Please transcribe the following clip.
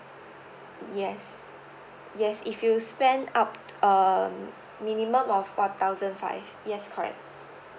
yes yes if you spend up um minimum of one thousand five yes correct